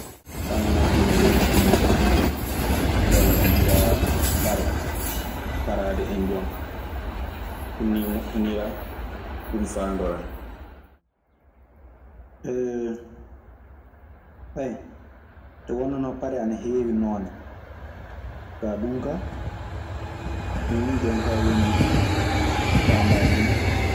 Faa ŋarɗina yeeso muuɗum. Walla mbiyaa pare en, paraade en jon kaa. Ɗun nii moƴƴiniraa. Ɗun faandoraa. Nden wonnanoo pare ana heewi noone. Kaa ɗun ka, ɗun nii jonkaa woni faandaa muuɗun.